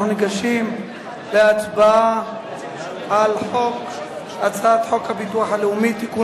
אנחנו ניגשים להצבעה על הצעת חוק הביטוח הלאומי (תיקון